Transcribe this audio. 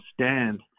stand